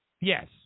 Yes